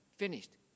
finished